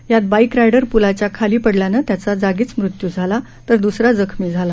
यात bike rider पुलाच्या खाली पडल्यानं त्याचा जागीच मृत्यू झाला तर द्रसरा जखमी झाला